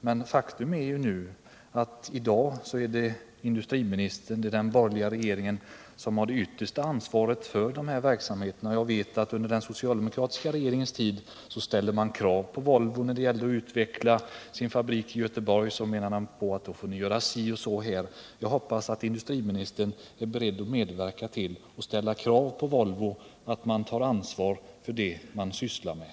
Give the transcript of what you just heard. Men faktum är att i dag är det industriministern och den borgerliga regeringen som har det yttersta ansvaret för verksamheten. Jag vet att under den socialdemokratiska regeringens tid ställdes det krav på Volvo där det gällde att utveckla fabriken i Göteborg — det sades att man fick göra si och så. Jag hoppas att industriministern nu är beredd att medverka till att det ställs krav på Volvo, att företaget tar ansvar för det man sysslar med.